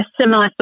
similar